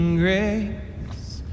grace